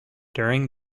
during